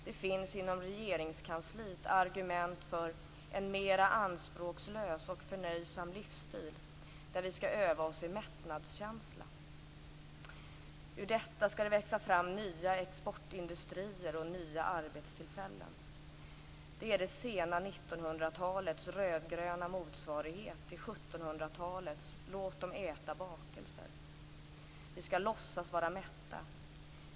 Det finns inom Regeringskansliet argument för "en mera anspråkslös och förnöjsam livsstil" där vi skall öva oss i "mättnadskänsla". Ur detta skall det växa fram nya exportindustrier och nya arbetstillfällen. Det är det sena 1900-talets rödgröna motsvarighet till 1700-talets "låt dem äta bakelser". Vi skall låtsas vara mätta.